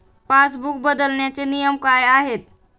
Passbook बदलण्याचे नियम काय आहेत?